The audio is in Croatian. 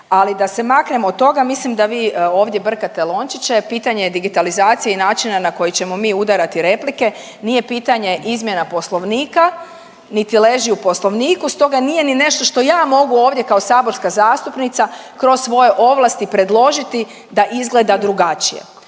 Ali da se maknemo od toga mislim da vi ovdje brkate lončiće, pitanje digitalizacije i načina na koji ćemo mi udarati replike nije pitanje izmjena Poslovnika niti ležu u Poslovniku stoga nije ni nešto što ja mogu ovdje kao saborska zastupnica kroz svoje ovlasti predložiti da izgleda drugačije.